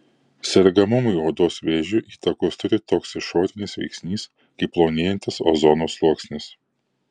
sergamumui odos vėžiu įtakos turi toks išorinis veiksnys kaip plonėjantis ozono sluoksnis